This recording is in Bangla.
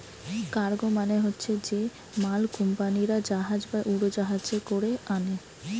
কার্গো মানে হচ্ছে যে মাল কুম্পানিরা জাহাজ বা উড়োজাহাজে কোরে আনে